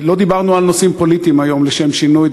לא דיברנו על נושאים פוליטיים היום, לשם שינוי.